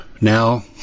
Now